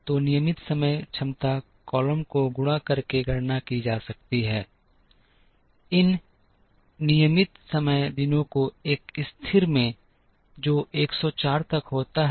तो नियमित समय क्षमता कॉलम को गुणा करके गणना की जा सकती है इन नियमित समय दिनों को एक स्थिर में जो 104 तक होता है